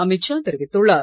அமித் ஷா தெரிவித்துள்ளார்